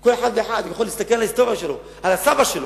יכול להסתכל על ההיסטוריה שלו, על הסבא שלו,